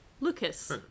Lucas